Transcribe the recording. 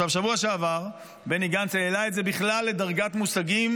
בשבוע שעבר בני גנץ העלה את זה בכלל לדרגת מושגים